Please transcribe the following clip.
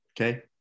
okay